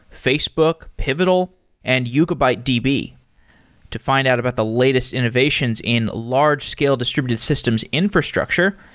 facebook, pivotal and yugabyte db to find out about the latest innovations in large-scale distributed systems infrastructure,